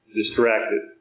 distracted